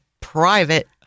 private